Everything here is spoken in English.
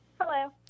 Hello